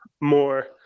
more